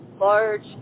large